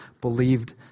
believed